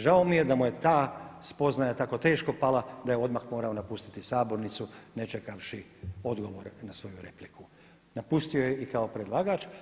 Žao mi je da mu je ta spoznaja tako teška pala da je odmah morao napustiti sabornicu ne sačekavši odgovor na svoju repliku, napustio je i kao predlagač.